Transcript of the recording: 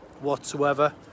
whatsoever